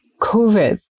COVID